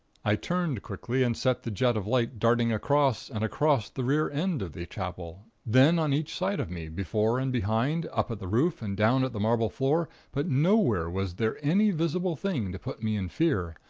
i turned quickly, and sent the jet of light darting across and across the rear end of the chapel then on each side of me, before and behind, up at the roof and down at the marble floor, but nowhere was there any visible thing to put me in fear,